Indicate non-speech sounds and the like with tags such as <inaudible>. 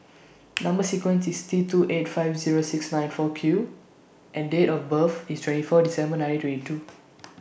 Number sequence IS T two eight five Zero six nine four Q and Date of birth IS twenty four December nineteen twenty two <noise>